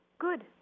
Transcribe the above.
Good